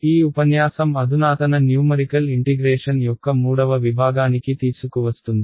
ఈ ఉపన్యాసం అధునాతన న్యూమరికల్ ఇంటిగ్రేషన్ యొక్క మూడవ విభాగానికి తీసుకువస్తుంది